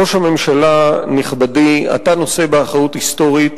ראש הממשלה נכבדי, אתה נושא באחריות היסטורית